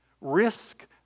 Risk